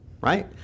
right